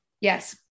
yes